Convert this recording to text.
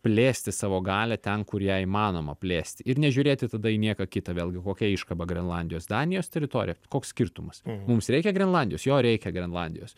plėsti savo galią ten kur ją įmanoma plėsti ir nežiūrėti tada į nieką kitą vėlgi kokia iškaba grenlandijos danijos teritorija koks skirtumas mums reikia grenlandijos jo reikia grenlandijos